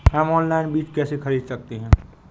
हम ऑनलाइन बीज कैसे खरीद सकते हैं?